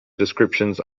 descriptions